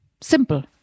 simple